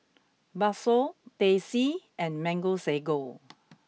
Bakso Teh C and Mango Sago